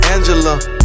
Angela